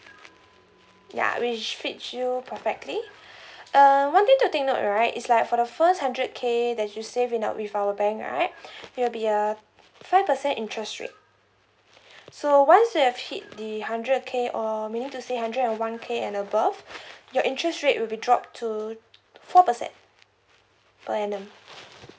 ya which fits you perfectly err one thing to take note right is like for the first hundred K that you save in our with our bank right there will be a five percent interest rate so once you have hit the hundred K or meaning to say hundred and one K and above your interest rate will be drop to four percent per annum